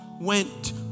went